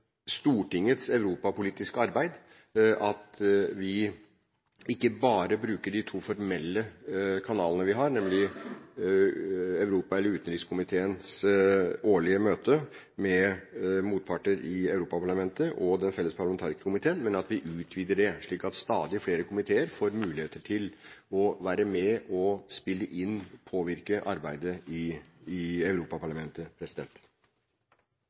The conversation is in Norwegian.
Stortingets europapolitiske arbeid – at vi ikke bare bruker de to formelle kanalene vi har, nemlig utenriks- og forsvarskomiteens årlige møte med motparter i Europaparlamentet og den felles parlamentarikerkomiteen, men at vi utvider det, slik at stadig flere komiteer får muligheter til å komme med innspill og være med å påvirke arbeidet i Europaparlamentet.